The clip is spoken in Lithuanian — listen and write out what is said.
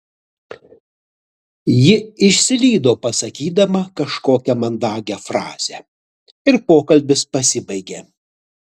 ji išslydo pasakydama kažkokią mandagią frazę ir pokalbis pasibaigė